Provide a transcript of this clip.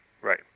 Right